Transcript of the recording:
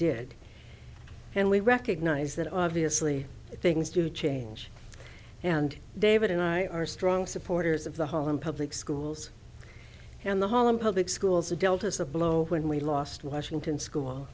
did and we recognize that obviously things do change and david and i are strong supporters of the holland public schools and the hall and public schools are dealt us a blow when we last washington school